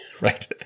right